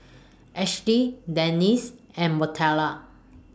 Ashli Denice and Montrell